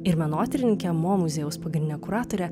ir menotyrininke mo muziejaus pagrindine kuratore